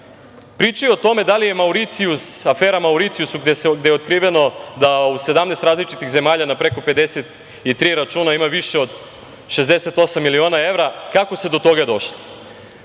Pričaju o tome da li je afera Mauricijus, gde je otkriveno da u 17 različitih zemalja na preko 53 računa imaju više od 68 miliona evra, kako se do toga došlo. Na